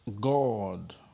God